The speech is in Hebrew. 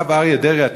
הרב אריה דרעי,